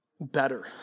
better